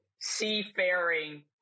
seafaring